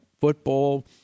football